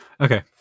Okay